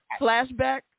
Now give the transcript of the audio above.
flashback